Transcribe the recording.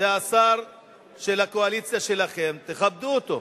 זה השר של הקואליציה שלכם, תכבדו אותו.